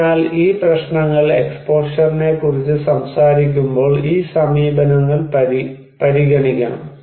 അതിനാൽ ഈ പ്രശ്നങ്ങൾ എക്സ്പോഷറിനെക്കുറിച്ച് സംസാരിക്കുമ്പോൾ ഈ സമീപനങ്ങൾ പരിഗണിക്കണം